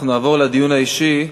אנחנו נעבור לדיון האישי.